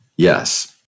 Yes